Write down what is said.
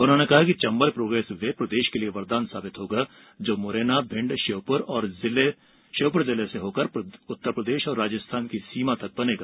उन्होंने कहा कि चंबल प्रोग्रेस वे प्रदेश के लिए वरदान सिद्ध होगा जो मुरैना भिंड और श्योपुर जिले से होकर उत्तरप्रदेश और राजस्थान की सीमा तक बनेगा